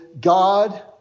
God